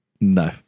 No